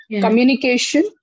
communication